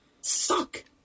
suck